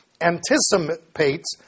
anticipates